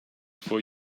for